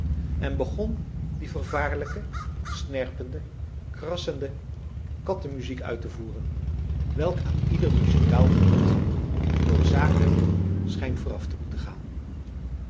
en begon die vervaarlijke snerpende krassende kattemuziek uit te voeren welke aan ieder muzikaal genot noodzakelijk schijnt vooraf te moeten gaan